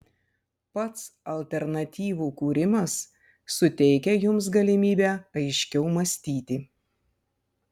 pats alternatyvų kūrimas suteikia jums galimybę aiškiau mąstyti